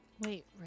Wait